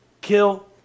kill